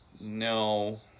no